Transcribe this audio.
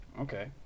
Okay